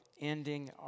ending